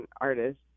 artist